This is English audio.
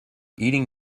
eating